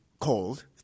called